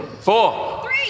Four